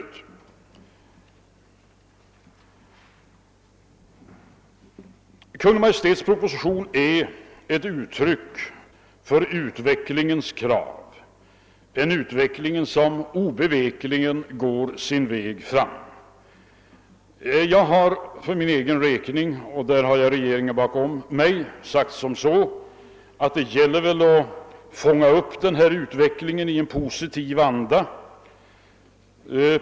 Kungl. Maj:ts proposition är ett uttryck för utvecklingens krav, en utveckling som obevekligen har sin gång. Jag har för min del, och här har jag regeringen bakom mig, menat att det gäller att fånga upp denna utveckling i positiv anda.